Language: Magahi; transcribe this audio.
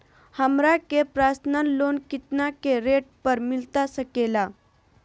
हमरा के पर्सनल लोन कितना के रेट पर मिलता सके ला?